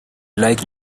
like